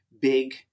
big